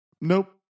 nope